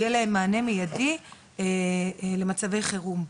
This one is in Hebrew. יהיה להם מענה מיידי למצבי חירום.